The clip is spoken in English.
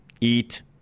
eat